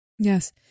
yes